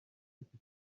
bifite